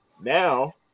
Now